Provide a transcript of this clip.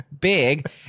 big